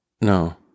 No